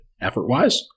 effort-wise